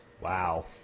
Wow